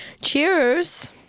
Cheers